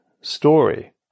story